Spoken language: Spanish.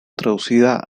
traducida